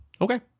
okay